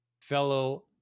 fellow